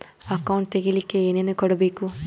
Account ತೆಗಿಲಿಕ್ಕೆ ಏನೇನು ಕೊಡಬೇಕು?